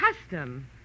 custom